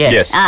Yes